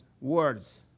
Words